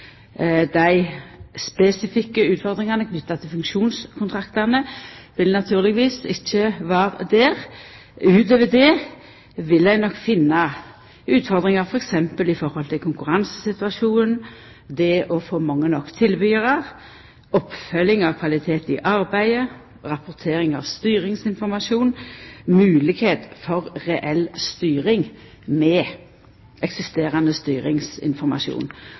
Dei spesifikke utfordringane knytte til funksjonskontraktane vil naturlegvis ikkje vera der. Utover det vil dei nok finna utfordringar t.d. i forhold til: konkurransesituasjonen, det å få mange nok tilbydarar oppfølging av kvalitet i arbeidet rapportering av styringsinformasjon moglegheit for reell styring med eksisterande styringsinformasjon